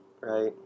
right